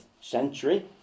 century